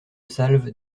salve